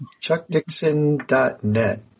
chuckdixon.net